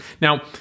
Now